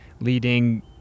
leading